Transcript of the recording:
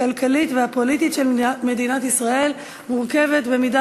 הכלכלית והפוליטית של מדינת ישראל מורכבת במידה